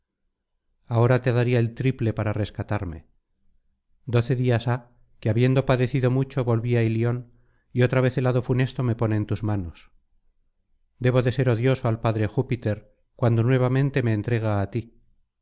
ahora te daría el triple para rescatarme doce días ha que habiendo padecido mucho volví á ilion y otra vez el hado funesto me pone en tus manos debo de ser odioso al padre júpiter cuando nuevamente me entrega á ti